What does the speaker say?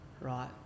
right